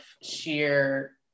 sheer